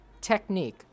technique